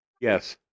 Yes